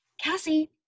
Cassie